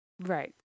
right